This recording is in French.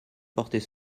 porter